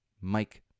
Mike